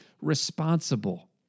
responsible